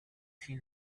seen